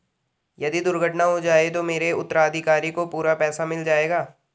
यदि दुर्घटना हो जाये तो मेरे उत्तराधिकारी को पूरा पैसा मिल जाएगा?